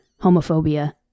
homophobia